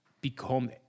become